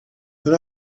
but